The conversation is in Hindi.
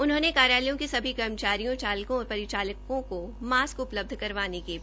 उन्होंने कार्यालयों के सभी कर्मचारियों चालकों और परिचालकों को मास्क उपलब्ध करवाने के भी निर्देश दिये है